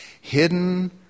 hidden